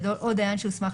אז רק אומר שאנחנו שמענו